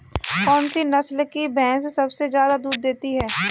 कौन सी नस्ल की भैंस सबसे ज्यादा दूध देती है?